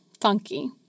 funky